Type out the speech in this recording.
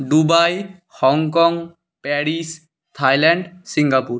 Dubai Hong Kong Paris Thailand Singapore